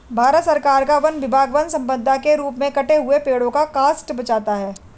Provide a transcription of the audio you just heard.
भारत सरकार का वन विभाग वन सम्पदा के रूप में कटे हुए पेड़ का काष्ठ बेचता है